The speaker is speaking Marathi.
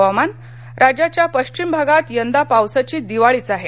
हवामान राज्याच्या पश्चिम भागात यंदा पावसाची दिवाळी आहे